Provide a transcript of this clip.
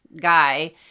guy